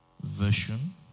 version